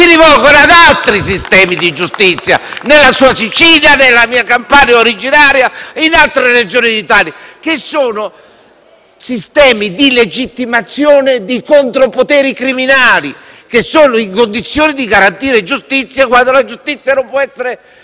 si rivolgono ad altri sistemi di giustizia nella sua Sicilia o nella mia Campania e in altre Regioni d'Italia, che sono sistemi di legittimazione di contropoteri criminali che sono in condizione di garantire giustizia quando la stessa non può essere